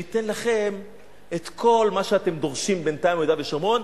שניתן לכם את כל מה שאתם דורשים בינתיים ביהודה ושומרון,